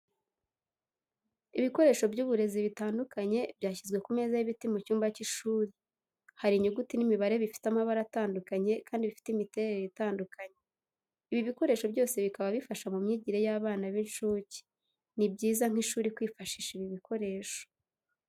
Ibikoresho by'uburezi bitandukanye byashyizwe ku meza y'ibiti mu cyumba cy'ishuri. Hari inyuguti n'imibare bifite amabara atandukanye kandi bifite imiterere itandukanye, ibi bikoresho byose bikaba bifasha mu myigire y'abana b'incuke. Ni byiza nk'ishuri kwifashisha ibi bikoresho.